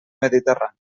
mediterrània